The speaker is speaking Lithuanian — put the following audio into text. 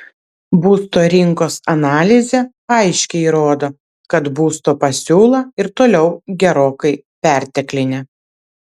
būsto rinkos analizė aiškiai rodo kad būsto pasiūla ir toliau gerokai perteklinė